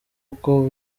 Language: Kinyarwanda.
uko